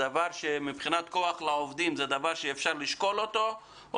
מבחינת כוח לעובדים זה דבר שאפשר לשקול אותו או